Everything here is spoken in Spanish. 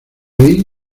ahí